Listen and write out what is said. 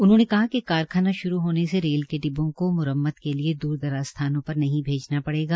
उन्होंने कहा कि कारखाना शुरू होने से रेल के डिब्बों की म्रम्मत के लिए द्र दराज स्थानों स्थानों पर नहीं भेजना पड़ेगा